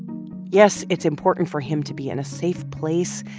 yes, it's important for him to be in a safe place,